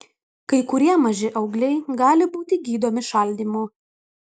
kai kurie maži augliai gali būti gydomi šaldymu